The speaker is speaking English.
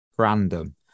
random